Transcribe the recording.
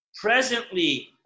presently